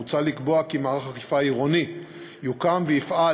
מוצע לקבוע כי מערך אכיפה עירוני יוקם ויפעל